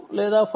2 లేదా 5